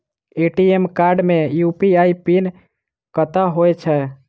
ATM card मे UPI PIN कतह होइ है?